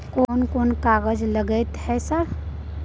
कोन कौन कागज लगतै है सर?